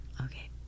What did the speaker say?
Okay